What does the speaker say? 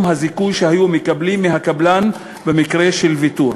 הזיכוי שהיו מקבלים מהקבלן במקרה של ויתור.